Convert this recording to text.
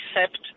accept